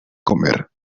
comer